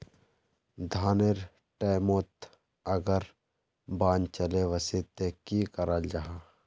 धानेर टैमोत अगर बान चले वसे ते की कराल जहा?